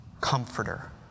comforter